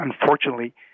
unfortunately